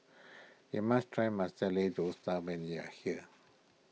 you must try Masala Dosa when you are here